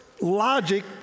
logic